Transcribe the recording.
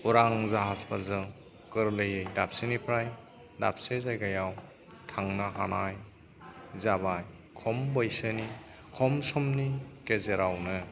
उरां जाहाजफोरजों गोरलैयै दाबसेनिफ्राय दाबसे जायगायाव थांनो हानाय जाबाय खम बैसोनि खम समनि गेजेरावनो